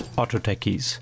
Autotechies